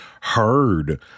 heard